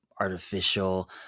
artificial